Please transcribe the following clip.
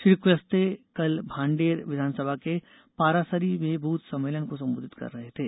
श्री कुलस्ते कल भांडेर विधानसभा के पारासरी में बूथ सम्मेलन को संबोधित कर रहे थे